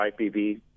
IPV